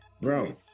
Bro